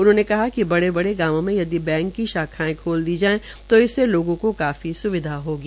उन्होंने कहा कि बड़े बड़े गांवों में यदि बैंक की शाखायें खोल दी जाये तो इसमें लोगों को काफी स्विधा होगी